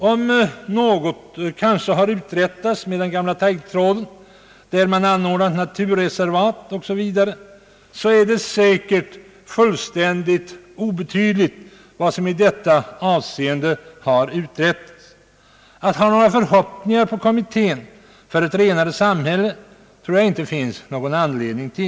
Om något kanske har uträttats med den gamla taggtråden på sådana platser där det anordnas naturreservat, så är det ändå fullständigt obetydligt i stort sett. Att fästa några förhoppningar på kommittén för ett renare samhälle tror jag inte det finns någon anledning till.